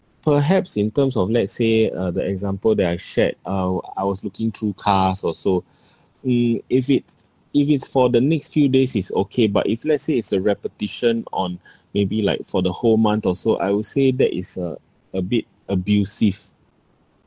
perhaps in terms of let's say uh the example that I shared uh I was looking through cars or so mm if it's if it's for the next few days is okay but if let's say it's a repetition on maybe like for the whole month or so I would say that is a a bit abusive